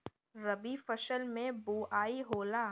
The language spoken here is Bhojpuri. रबी फसल मे बोआई होला?